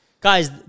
Guys